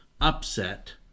upset